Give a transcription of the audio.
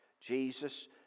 Jesus